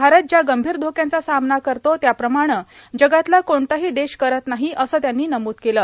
भारत ज्या गंभीर धोक्यांचा सामना करतो त्याप्रमाणं जगातला कुठलाही देश करत नाही असं त्यांनी नमूद केलं